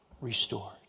restored